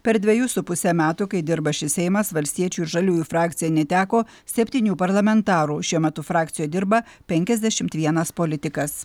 per dvejus su puse metų kai dirba šis seimas valstiečių ir žaliųjų frakcija neteko septynių parlamentarų šiuo metu frakcijoj dirba penkiasdešimt vienas politikas